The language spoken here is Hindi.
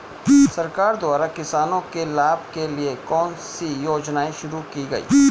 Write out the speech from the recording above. सरकार द्वारा किसानों के लाभ के लिए कौन सी योजनाएँ शुरू की गईं?